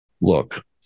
Look